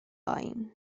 oen